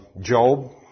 Job